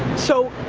so,